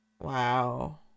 Wow